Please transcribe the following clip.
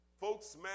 Folks